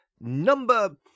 Number